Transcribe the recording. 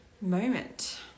moment